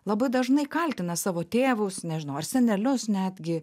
labai dažnai kaltina savo tėvus nežinau ar senelius netgi